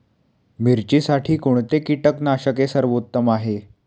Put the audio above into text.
मिरचीसाठी कोणते कीटकनाशके सर्वोत्तम आहे?